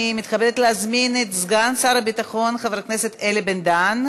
אני מתכבדת להזמין את סגן שר הביטחון חבר הכנסת אלי בן-דהן